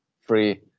free